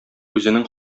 үзенең